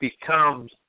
becomes